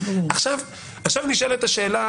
אבל נשאלת השאלה